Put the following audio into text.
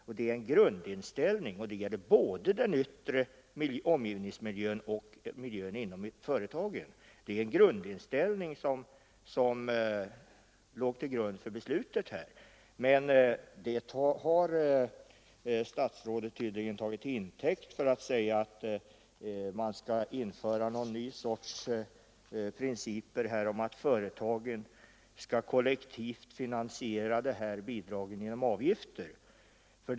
Det är således den grundinställningen som gäller både vad beträffar omgivningsmiljön och miljön inom företagen, och det var den inställningen som låg till grund för riksdagens beslut. Detta har statsrådet tydligen tagit till intäkt för att säga att man skall införa en ny princip om att företagen skall kollektivt finansiera bidragen genom avgifter.